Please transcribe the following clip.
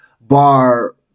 Bar